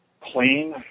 clean